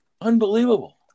Unbelievable